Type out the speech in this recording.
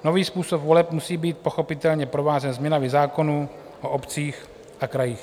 Nový způsob voleb musí být pochopitelně provázen změnami zákonů o obcích a krajích.